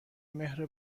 مهر